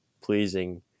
pleasing